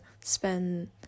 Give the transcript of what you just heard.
spend